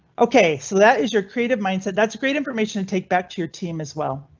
ok, so that is your creative mindset. that's great information and take back to your team as well.